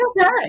okay